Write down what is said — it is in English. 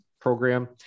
program